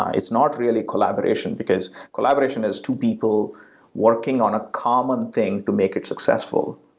ah it's not really collaboration, because collaboration is two people working on a common thing to make it successful.